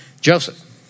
Joseph